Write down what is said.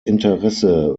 interesse